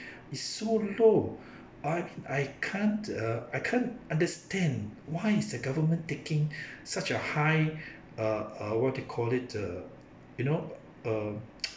is so low I I can't uh I can't understand why is the government taking such a high uh uh what do you call it err you know err